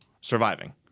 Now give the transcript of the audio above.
surviving